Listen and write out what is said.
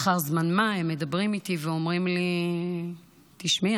לאחר זמן מה הם מדברים איתי ואומרים לי: תשמעי,